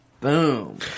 Boom